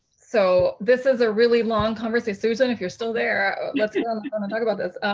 so this is a really long conversation, susan, if you're still there, let's you know and talk about this,